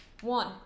one